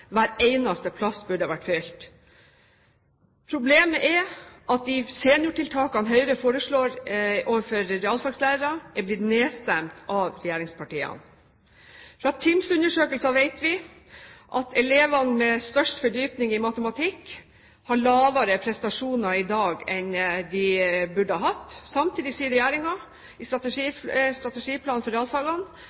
Hver eneste plass burde vært fylt. Problemet er at de seniortiltakene Høyre foreslår for realfagslærere, er blitt nedstemt av regjeringspartiene. Fra TIMMS-undersøkelser vet vi at elevene med størst fordypning i matematikk har lavere prestasjoner i dag enn de burde hatt. Samtidig sier regjeringen i strategiplanen for realfagene